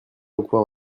emploi